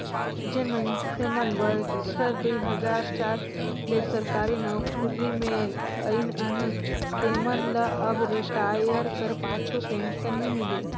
जेन मइनसे मन बछर दुई हजार चार ले सरकारी नउकरी में अइन अहें तेमन ल अब रिटायर कर पाछू पेंसन नी मिले